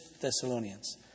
Thessalonians